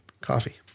coffee